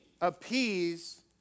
appease